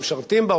שמשרתים בה,